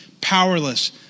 powerless